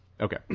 okay